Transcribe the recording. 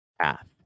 path